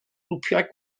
grwpiau